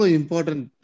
important